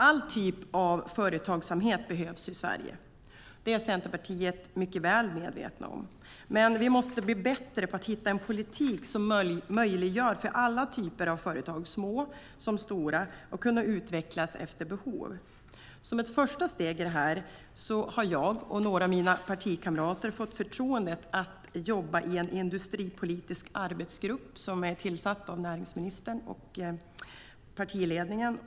All typ av företagsamhet behövs i Sverige. Det är vi i Centerpartiet mycket väl medvetna om. Men vi måste bli bättre på att hitta en politik som möjliggör för alla typer av företag, små som stora, att kunna utvecklas efter behov. Som ett första steg i detta har jag och några av mina partikamrater fått förtroendet att jobba i en industripolitisk arbetsgrupp som är tillsatt av näringsministern och partiledningen.